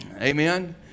Amen